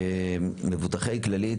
מבוטחי כללית,